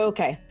Okay